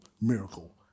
miracle